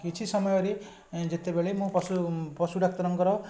କିଛି ସମୟରେ ଏଁ ଯେତେବେଳେ ମୁଁ ପଶୁ ଡାକ୍ତରଙ୍କର